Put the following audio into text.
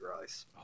rice